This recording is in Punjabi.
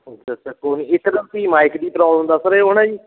ਅੱਛਾ ਅੱਛਾ ਕੋਈ ਨੀ ਇੱਕ ਤਾਂ ਤੁਸੀਂ ਮਾਇਕ ਦੀ ਪ੍ਰੌਬਲਮ ਦਸ ਰਹੇ ਹੋ ਨਾ ਜੀ